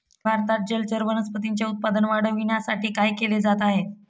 भारतात जलचर वनस्पतींचे उत्पादन वाढविण्यासाठी काय केले जात आहे?